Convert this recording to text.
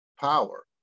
power